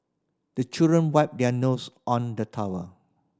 the children wipe their nose on the towel